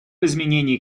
изменении